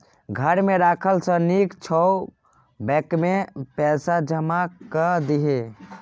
घर मे राखला सँ नीक छौ बैंकेमे पैसा जमा कए दही